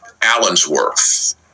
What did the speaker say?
Allensworth